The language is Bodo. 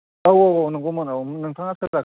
औ औ नोंगौमोन औ नोंथाङा सोर जाखो